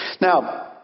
Now